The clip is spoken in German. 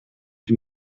die